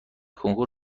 کنکور